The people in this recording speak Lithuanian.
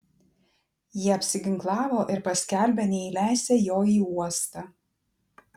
jie apsiginklavo ir paskelbė neįleisią jo į uostą